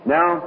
Now